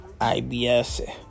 IBS